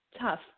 tough